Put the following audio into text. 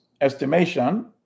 estimation